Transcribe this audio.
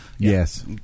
yes